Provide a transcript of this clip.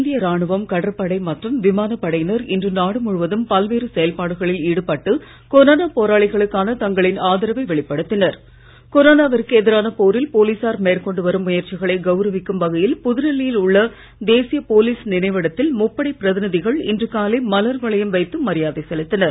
இந்திய ராணுவம் கடற்படை மற்றும் விமானப் படையினர் இன்று நாடு முழுவதும் பல்வேறு செயல்பாடுகளில் ஈடுபட்டு கொரோனா போராளிகளுக்கான தங்களின் கொரோனாவிற்கு எதிரான போரில் போலீசார் மேற்கொண்டு வரும் முயற்சிகளை கவுரவிக்கும் வகையில் புதுடெல்லியில் உள்ள தேசிய போலீஸ் நினைவிடத்தில் முப்படை பிரதிநிதிகள் இன்று காலை மலர் வளையம் வைத்து மரியாதை செலுத்தினர்